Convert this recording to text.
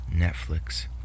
Netflix